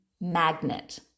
magnet